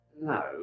No